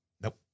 Nope